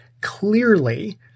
clearly